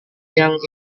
yang